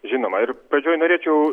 žinoma ir pradžioj norėčiau